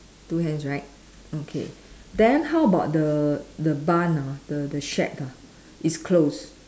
two hands right okay then how about the the bun ah the the shack ah it's closed